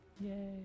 Yay